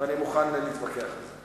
ואני מוכן להתווכח על זה.